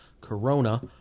corona